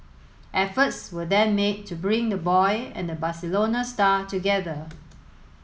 efforts were then made to bring the boy and the Barcelona star together